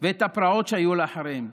ואת הפרעות שהיו אחריהן.